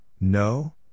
no